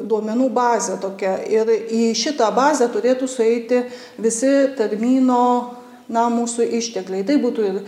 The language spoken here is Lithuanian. duomenų bazė tokia ir į šitą bazę turėtų sueiti visi tarmyno na mūsų ištekliai tai būtų ir